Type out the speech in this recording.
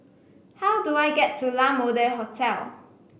how do I get to La Mode Hotel